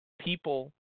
people